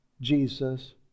Jesus